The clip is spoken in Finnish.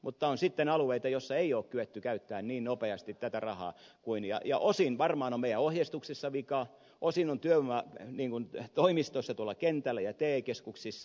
mutta sitten on alueita joilla ei ole kyetty käyttämään niin nopeasti tätä rahaa ja osin on varmaan meidän ohjeistuksessamme vikaa osin on työvoimatoimistoissa tuolla kentällä ja te keskuksissa